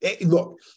Look